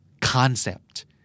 Concept